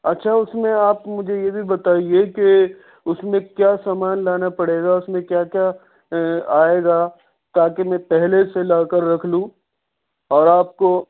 اچھا اس میں آپ مجھے یہ بھی بتائیے کہ اس میں کیا سامان لانا پڑے گا اس میں کیا کیا کیا آئے گا تاکہ میں پہلے سے لا کر رکھ لوں اور آپ کو